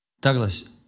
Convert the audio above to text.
Douglas